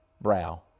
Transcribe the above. brow